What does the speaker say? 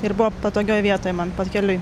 ir buvo patogioj vietoj man pakeliui